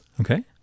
Okay